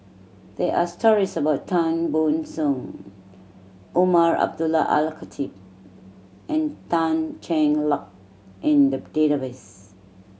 there are stories about Tan Ban Soon Umar Abdullah Al Khatib and Tan Cheng Lock in the database